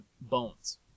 Bones